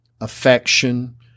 affection